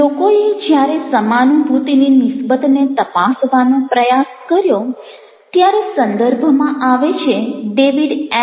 લોકોએ જ્યારે સમાનુભૂતિની નિસબતને તપાસવાનો પ્રયાસ કર્યો ત્યારે સંદર્ભમાં આવે છે ડેવિડ એમ